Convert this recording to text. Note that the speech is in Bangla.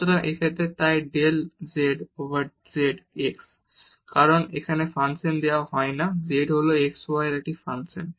সুতরাং এই ক্ষেত্রে তাই del z over del x কারণ এটি এখানে ফাংশন দেওয়া হয় না z হল x y এর একটি ফাংশন